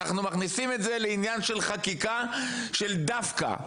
אנחנו מכניסים את זה לעניין של חקיקה של דווקא,